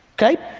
okay,